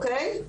או.קיי?